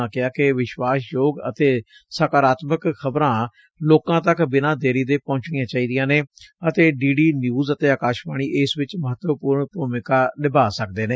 ਉਨ੍ਹਾਂ ਕਿਹਾ ਕਿ ਵਿਸ਼ਵਾਸਯੋਗ ਅਤੇ ਸਕਾਰਾਤਮਕ ਖਬਰਾ ਲੋਕਾ ਤੱਕ ਬਿਨਾ ਦੇਰੀ ਦੇ ਪੁਹੰਚਣੀਆ ਚਾਹੀਦੀਆ ਨੇ ਅਤੇ ਡੀ ਡੀ ਨੈਊਜ਼ ਅਤੇ ਅਕਾਸ਼ਵਾਣੀ ਇਸ ਵਿਚ ਮਹੱਤਵਪੁਰਨ ਭੁਮਿਕਾ ਨਿਭਾਅ ਸਕਦੇ ਨੇ